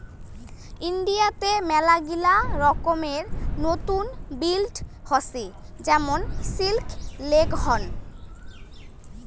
ইন্ডিয়াতে মেলাগিলা রকমের নতুন ব্রিড হসে যেমন সিল্কি, লেগহর্ন